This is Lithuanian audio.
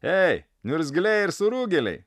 ei niurzgliai ir surūgėliai